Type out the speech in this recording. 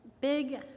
big